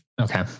okay